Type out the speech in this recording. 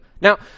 Now